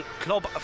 Club